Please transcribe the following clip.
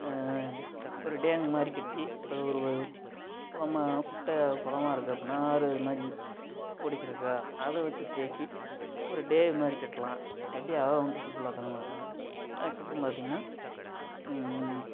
ஒரு டேங்கு மாதிரி கட்டி இப்போ ஒரு குளமா குட்டையாக குளமா இருக்கு அப்பட்னா ஆறு இதுமாதிரி வித் ஒடிக்கிருக்கா அதை வச்சு தேக்கி ஒரு டேம் மாதிரி கட்டுலான் கட்டி அதை வந்து சுற்றுலாத்தலமாக்கலான் அதுக்கப்புறம் பார்த்திங்கனா